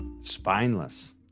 Spineless